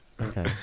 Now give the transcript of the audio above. Okay